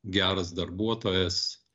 geras darbuotojas